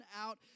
out